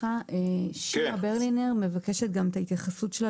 שירה ברלינר מבקשת גם את ההתייחסות שלה